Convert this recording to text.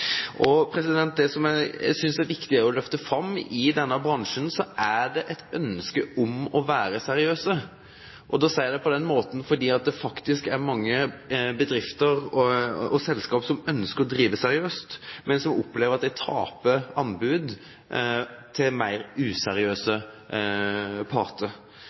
Det som jeg også synes det er viktig å løfte fram, er at det i denne bransjen er et ønske om å være seriøs. Jeg sier det på den måten fordi det faktisk er mange bedrifter og selskaper som ønsker å drive seriøst, men som opplever at de taper anbud til mer useriøse parter.